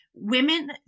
women